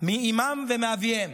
מאימם ומאביהם.